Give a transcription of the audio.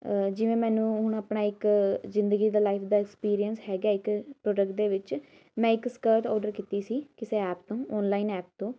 ਜਿਵੇਂ ਮੈਨੂੰ ਹੁਣ ਆਪਣਾ ਇੱਕ ਜ਼ਿੰਦਗੀ ਦਾ ਲਾਈਫ ਦਾ ਐਕਸਪੀਰੀਅੰਸ ਹੈਗਾ ਇੱਕ ਪ੍ਰੋਡਕਟ ਦੇ ਵਿੱਚ ਮੈਂ ਇੱਕ ਸਕਰਟ ਔਡਰ ਕੀਤੀ ਸੀ ਕਿਸੇ ਐਪ ਤੋਂ ਔਨਲਾਈਨ ਐਪ ਤੋਂ